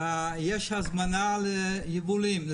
ויש הזמנה ליבילים.